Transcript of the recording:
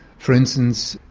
for instance,